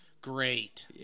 Great